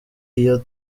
iyo